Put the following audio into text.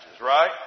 right